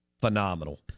phenomenal